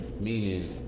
Meaning